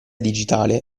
digitale